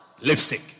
Lipstick